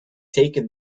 taken